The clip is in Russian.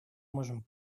можем